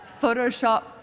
Photoshop